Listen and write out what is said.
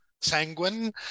sanguine